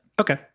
Okay